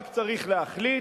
רק צריך להחליט.